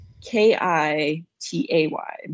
K-I-T-A-Y